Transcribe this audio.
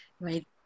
right